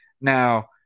Now